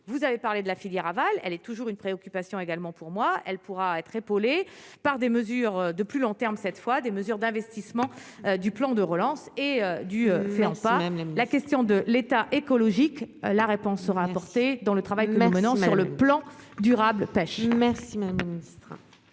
vous avez parlé de la filière avale, elle est toujours une préoccupation également pour moi, elle pourra être épaulés par des mesures de plus long terme cette fois des mesures d'investissements du plan de relance et du faire la question de l'état écologique, la réponse sera apportée dans le travail que nous menons sur le plan durable pas. Merci madame monstre.